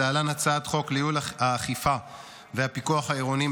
להלן הצעת חוק לייעול האכיפה והפיקוח העירוניים